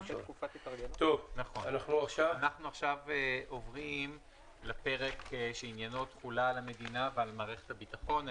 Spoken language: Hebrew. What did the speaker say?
אנחנו עוברים לפרק שעניינו תחולה על המדינה ועל מערכת הביטחון.